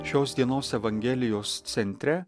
šios dienos evangelijos centre